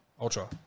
Ultra